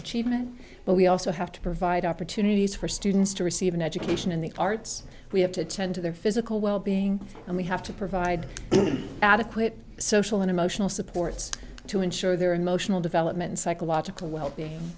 achievement but we also have to provide opportunities for students to receive an education in the arts we have to tend to their physical wellbeing and we have to provide adequate social and emotional supports to ensure their emotional development psychological we